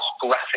graphic